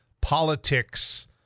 politics